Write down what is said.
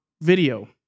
video